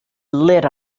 lit